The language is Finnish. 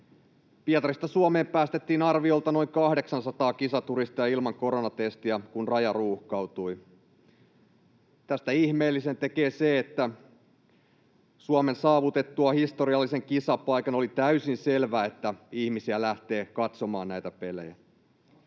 Pietarista Suomeen päästettiin arviolta 800 kisaturistia ilman koronatestiä, kun raja ruuhkautui. Tästä ihmeellisen tekee se, että Suomen saavutettua historiallisen kisapaikan oli täysin selvää, että ihmisiä lähtee katsomaan näitä pelejä.